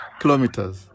kilometers